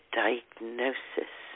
diagnosis